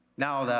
now